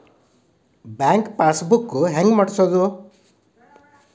Bank passbook ಹೆಂಗ್ ಮಾಡ್ಸೋದು?